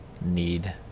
need